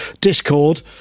Discord